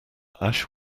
ash